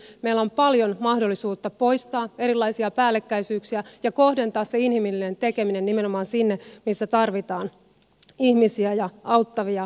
meillä on paljon mahdollisuutta poistaa erilaisia päällekkäisyyksiä ja kohdentaa se inhimillinen tekeminen nimenomaan sinne missä tarvitaan ihmisiä ja auttavia käsiä